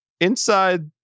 inside